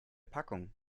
packung